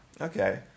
Okay